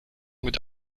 mit